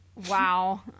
Wow